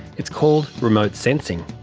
it's called remote sensing.